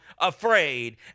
afraid